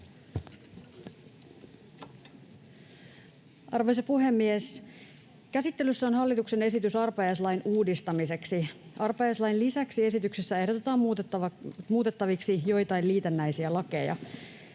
Arvoisa puhemies! Käsittelyssä on hallituksen esitys arpajaislain uudistamiseksi. Arpajaislain lisäksi esityksessä ehdotetaan muutettaviksi joitain liitännäisiä lakeja.